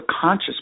conscious